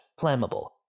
flammable